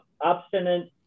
obstinate